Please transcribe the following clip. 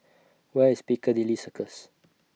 Where IS Piccadilly Circus